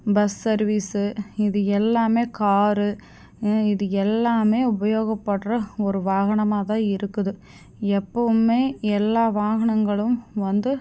bus service இது எல்லாம் car ம் இது எல்லாம் உபயோகப்படுற ஒரு வாகனமாக தான் இருக்குது எப்பவும் எல்லா வாகனங்களும் வந்து